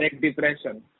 Depression